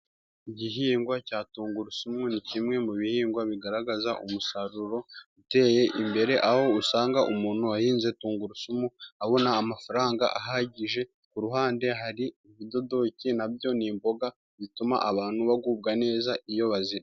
Igihingwa cya tungurusumu ni kimwe mu bihingwa bigaragaza umusaruro uteye imbere aho usanga umuntu wahinze tungurusumu abona amafaranga ahagije, ku ruhande hari ibidodoke na byo ni imboga bituma abantu bagubwa neza iyo bazirinda.